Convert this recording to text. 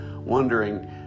wondering